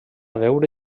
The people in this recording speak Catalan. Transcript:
veure